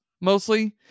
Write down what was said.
mostly